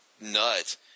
nut